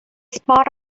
spot